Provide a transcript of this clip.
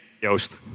Joost